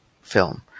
film